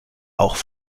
auch